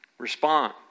Respond